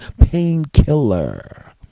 painkiller